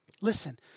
Listen